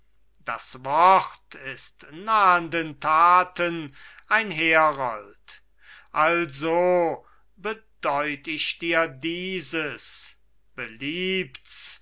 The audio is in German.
das wort ist nahenden taten ein herold also bedeut ich dir dieses beliebt's